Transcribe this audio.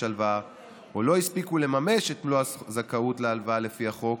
הלוואה או לא הספיקו לממש את מלוא הזכאות להלוואה לפי החוק,